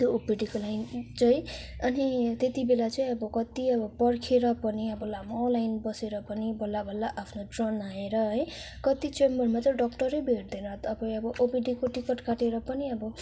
त्यो ओपिडीको लाइन चाहिँ अनि त्यति बेला चाहिँ अब कति अब पर्खिएर पनि अब लामो लाइन बसेर पनि बल्ल बल्ल आफ्नो टर्न आएर है कति चेम्बरमा चाहिँ डक्टरै भेट्दैन तपाईँ अब ओपिडीको टिकट काटेर पनि अब